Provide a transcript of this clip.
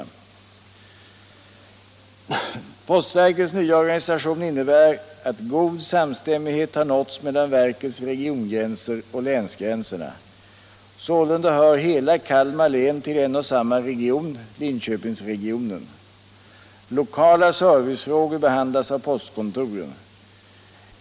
Postverkets nya organisation innebär att god samstämmighet har nåtts mellan verkets regiongränser och länsgränserna. Sålunda hör hela Kalmar län till en och samma region — Linköpingsregionen. Lokala servicefrågor behandlas av postkontoren.